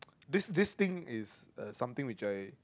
this this thing is uh something which I